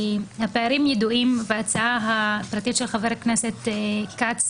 הפערים ידועים, וההצעה הפרטית של חה"כ כץ